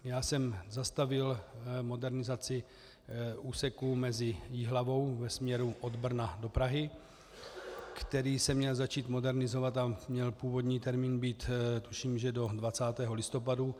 Já jsem zastavil modernizaci úseku mezi Jihlavou ve směru od Brna do Prahy, který se měl začít modernizovat a měl původní termín být, tuším, do 20. listopadu.